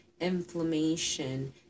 inflammation